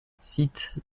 cite